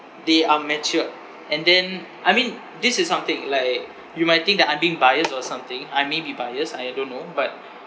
they are mature and then I mean this is something like you might think that I'm being biased or something I may be biased I don't know but